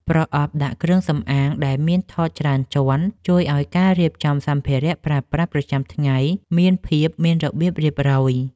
ប្រអប់ដាក់គ្រឿងសម្អាងដែលមានថតច្រើនជាន់ជួយឱ្យការរៀបចំសម្ភារៈប្រើប្រាស់ប្រចាំថ្ងៃមានភាពមានរបៀបរៀបរយ។